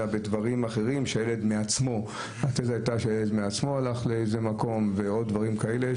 אלא בדברים אחרים שהילד מעצמו הלך לאיזה מקום ועוד דברים כאלה.